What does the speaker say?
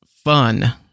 Fun